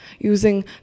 using